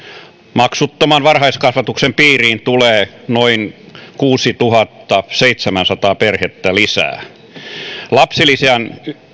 maksuttoman varhaiskasvatuksen piiriin tulee noin kuusituhattaseitsemänsataa perhettä lisää myös lapsilisän